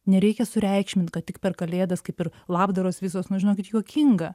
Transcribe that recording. nereikia sureikšmint kad tik per kalėdas kaip ir labdaros visos nu žinokit juokinga